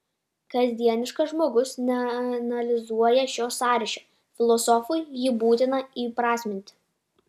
kasdieniškasis žmogus neanalizuoja šio sąryšio filosofui jį būtina įprasminti